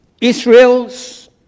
Israel's